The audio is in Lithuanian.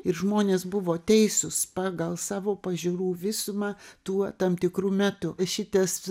ir žmonės buvo teisūs pagal savo pažiūrų visumą tuo tam tikru metu šitas